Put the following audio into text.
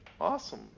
awesome